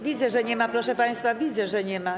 Widzę, że nie ma, proszę państwa, widzę, że nie ma.